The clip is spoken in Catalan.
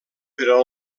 però